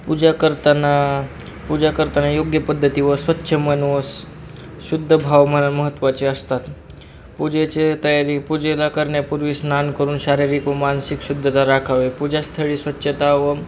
पूजा करताना पूजा करताना योग्य पद्धती व स्वच्छ मन शुद्ध भावना महत्त्वाचे असतात पूजेचे तयारी पूजेला करण्यापूर्वी स्नान करून शारीरिक व मानसिक शुद्धता राखावे पूजास्थळी स्वच्छता व